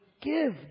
give